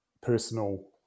personal